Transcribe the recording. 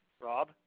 Rob